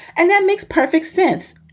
and that makes perfect sense.